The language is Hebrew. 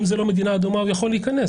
אם זאת לא מדינה אדומה הוא יכול להיכנס.